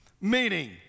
Meaning